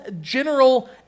general